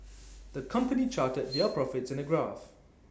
the company charted their profits in A graph